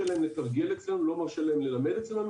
להם לתרגל אצלנו לא מרשה להם ללמד אצלנו.